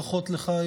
ברכות לך,